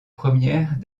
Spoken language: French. premières